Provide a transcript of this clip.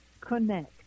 connect